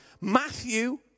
Matthew